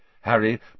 Harry